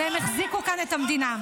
והם החזיקו כאן את המדינה.